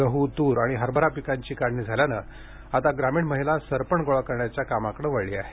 गडू तूर आणि हरभरा पिकाची काढणी झाल्याने आता ग्रामीण महिला सरपण गोळा करण्याच्या कामाकडे वळली आहे